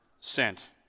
sent